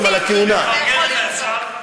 לפרגן לך אפשר?